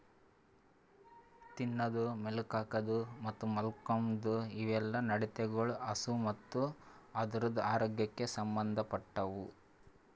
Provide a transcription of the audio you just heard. ತಿನದು, ಮೇಲುಕ್ ಹಾಕದ್ ಮತ್ತ್ ಮಾಲ್ಕೋಮ್ದ್ ಇವುಯೆಲ್ಲ ನಡತೆಗೊಳ್ ಹಸು ಮತ್ತ್ ಅದುರದ್ ಆರೋಗ್ಯಕ್ ಸಂಬಂದ್ ಪಟ್ಟವು